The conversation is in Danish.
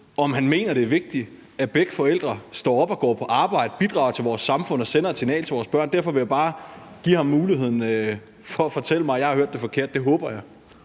om han mener, det er vigtigt, at begge forældre står op og går på arbejde, bidrager til vores samfund og sender et signal til vores børn, og derfor vil jeg bare give ham muligheden for at fortælle mig, at jeg har hørt det forkert. Det håber jeg.